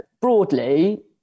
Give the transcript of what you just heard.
broadly